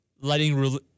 letting